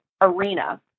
arena